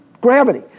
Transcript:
gravity